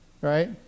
Right